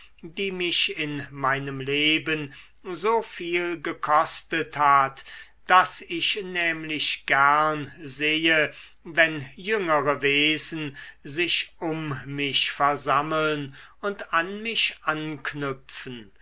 die mich in meinem leben so viel gekostet hat daß ich nämlich gern sehe wenn jüngere wesen sich um mich versammeln und an mich anknüpfen